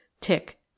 tick